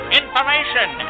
information